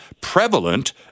prevalent